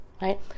right